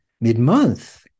mid-month